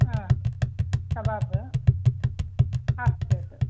ಹಾಂ kebab half plate